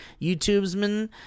YouTubesman